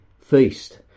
feast